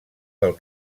del